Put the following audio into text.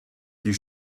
die